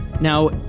Now